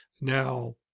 Now